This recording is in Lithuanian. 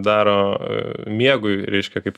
daro miegui reiškia kaip